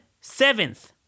seventh